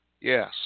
Yes